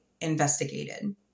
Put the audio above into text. investigated